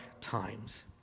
times